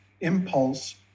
impulse